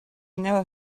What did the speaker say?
never